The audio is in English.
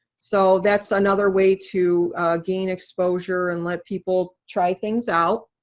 so that's another way to gain exposure and let people try things out.